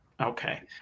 Okay